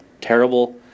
terrible